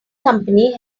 company